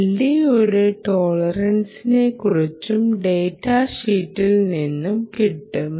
LDOയുടെ ടോളറൻസിനെ കുറിച്ചും ഡാറ്റ ഷീറ്റിൽ നിന്നും കിട്ടും